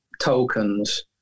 tokens